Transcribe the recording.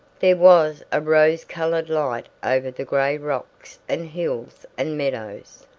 there was a rose-colored light over the gray rocks and hills and meadows.